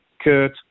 Kurt